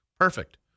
Perfect